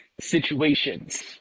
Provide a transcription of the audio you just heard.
situations